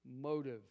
motive